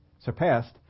surpassed